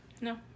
No